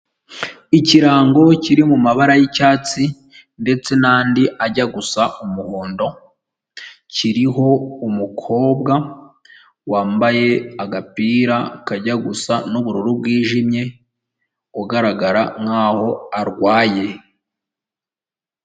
Ikirango kiri mu mabara y'icyatsi ndetse n'anandi ajya gusa umuhondo, kiriho umukobwa wambaye agapira kajya gusa n'ubururu bwijimye, ugaragara nkaho arwaye.